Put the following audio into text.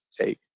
take